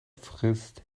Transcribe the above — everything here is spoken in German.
frisst